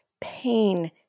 pain